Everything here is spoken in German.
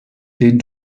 den